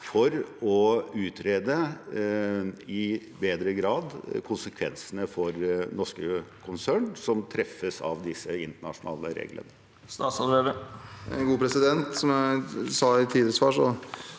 for i større grad å utrede konsekvensene for norske konserner som treffes av disse internasjonale reglene?